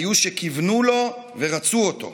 היו שכיוונו לו ורצו אותו.